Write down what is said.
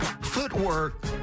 Footwork